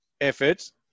efforts